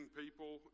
people